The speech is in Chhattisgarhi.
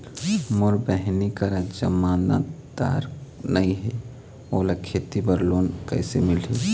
मोर बहिनी करा जमानतदार नई हे, ओला खेती बर लोन कइसे मिलही?